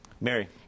Mary